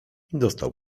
dostał